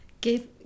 give